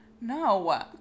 No